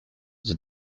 the